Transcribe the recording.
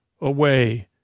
away